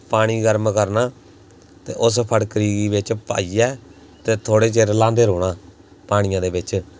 पानी गर्म करना ते उस फटकरी गी बिच्च पाइयै ते थोह्ड़े चिर ल्हांदे रौह्ना पानियै दे बिच्च